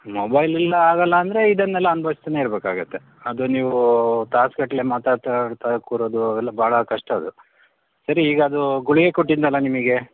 mobile ಇಲ್ಲ ಆಗಲ್ಲ ಅಂದರೆ ಇದನ್ನೆಲ್ಲ ಅನುಭವಿಸ್ತಾನೇ ಇರಬೇಕಾಗತ್ತೆ ಅದು ನೀವು ತಾಸುಗಟ್ಟಲೆ ಮಾತಾಡ್ತಾ ಅಂತ ಕೂರೋದು ಅವೆಲ್ಲ ಬಾಳ ಕಷ್ಟ ಅದು ಸರಿ ಈಗದು ಗುಳಿಗೆ ಕೊಟ್ಟಿದ್ದೆನಲ್ಲ ನಿಮಗೆ